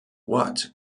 watt